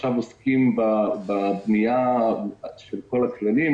עכשיו עוסקים בבנייה של כל הכללים,